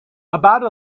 about